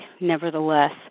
nevertheless